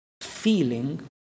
feeling